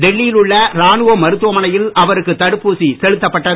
டெல்லியில் உள்ள ராணுவ மருத்துவமனையில் அவருக்கு தடுப்பூசி செலுத்தப்பட்டது